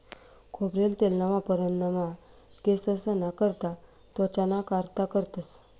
खोबरेल तेलना वापर अन्नमा, केंससना करता, त्वचाना कारता करतंस